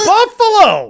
Buffalo